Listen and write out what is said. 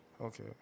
Okay